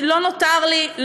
לא נותר לי,